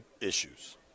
issues